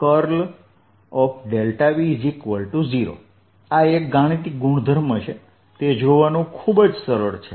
V0 આ એક ગાણિતિક ગુણધર્મ છે તે જોવાનું ખૂબ જ સરળ છે